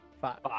five